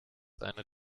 eine